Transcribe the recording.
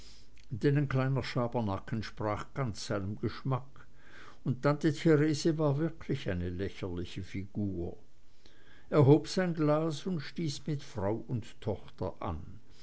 ein kleiner schabernack entsprach ganz seinem geschmack und tante therese war wirklich eine lächerliche figur er hob sein glas und stieß mit frau und tochter an